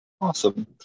awesome